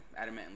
adamantly